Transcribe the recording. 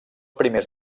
primers